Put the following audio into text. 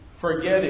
Forgetting